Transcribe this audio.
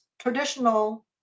traditional